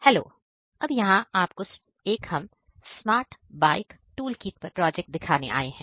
hello हम यहां आपको स्मार्ट बाइक टूलकिट पर प्रोजेक्ट दिखाने आए हैं